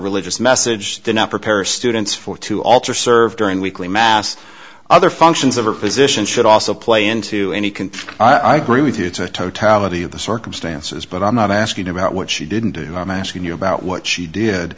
religious message did not prepare students for to alter served during weekly mass other functions of her physician should also play into any conflict i agree with you to totality of the circumstances but i'm not asking about what she didn't do i'm asking you about what she did